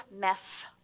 mess